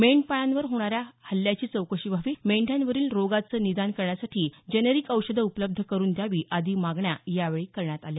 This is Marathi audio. मेंढपाळांवर होणाऱ्या हल्ल्याची चौकशी व्हावी मेंढ्यांवरील रोगाचं निदान करण्यासाठी जनेरिक औषधं उपलब्ध करुन द्यावी आदी मागण्या यावेळी करण्यात आल्या